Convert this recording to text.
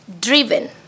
driven